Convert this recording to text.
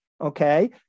Okay